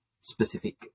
specific